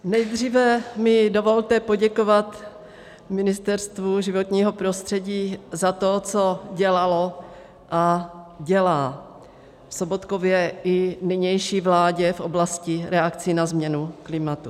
Nejdříve mi dovolte poděkovat Ministerstvu životního prostředí za to, co dělalo a dělá, v Sobotkově i nynější vládě v oblasti reakcí na změnu klimatu.